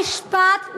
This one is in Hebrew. הוא לא נשפט.